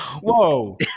Whoa